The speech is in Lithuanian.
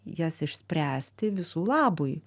jas išspręsti visų labui